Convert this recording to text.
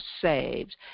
saved